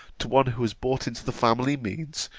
to one who has brought into the family means,